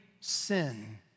Sin